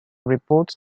reports